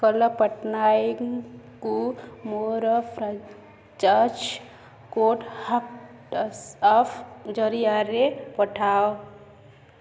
ଉତ୍କଳ ପଟ୍ଟନାୟକଙ୍କୁ ମୋର free charge code WhatsApp ଜରିଆରେ ପଠାଅ